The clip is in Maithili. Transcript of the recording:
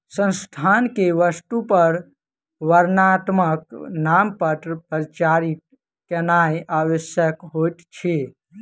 संस्थान के वस्तु पर वर्णात्मक नामपत्र प्रचारित केनाई आवश्यक होइत अछि